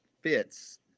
fits